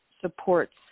supports